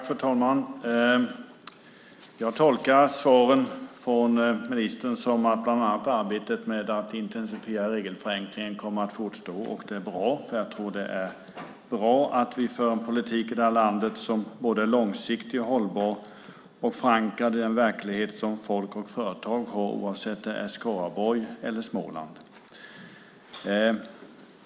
Fru talman! Jag tolkar svaren från ministern som att bland annat arbetet med att intensifiera regelförenklingen kommer att fortsätta. Det är bra. Det är bra att vi för en politik i detta land som är både långsiktig och hållbar och förankrad i den verklighet som folk och företag har oavsett om det är Skaraborg eller Småland.